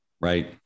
right